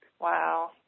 wow